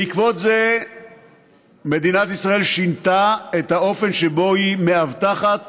בעקבות זה מדינת ישראל שינתה את האופן שבו היא מאבטחת